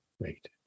Great